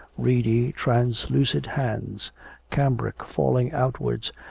reedy, translucid hands cambric falling outwards,